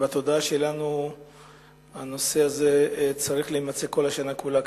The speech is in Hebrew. בתודעה שלנו הנושא הזה צריך להימצא כל השנה כולה,